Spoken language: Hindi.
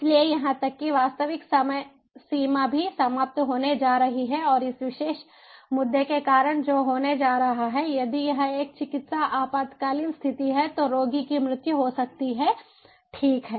इसलिए यहां तक कि वास्तविक समयसीमा भी समाप्त होने जा रही है और इस विशेष मुद्दे के कारण जो होने जा रहा है यदि यह एक चिकित्सा आपातकालीन स्थिति है तो रोगी की मृत्यु हो सकती है ठीक है